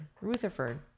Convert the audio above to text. Rutherford